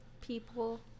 people